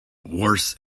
worse